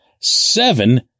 seven